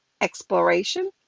exploration